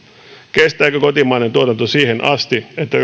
kestääkö kotimainen tuotanto siihen asti että